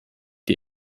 die